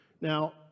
Now